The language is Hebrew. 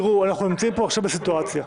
אנחנו נמצאים עכשיו בסיטואציה.